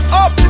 up